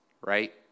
right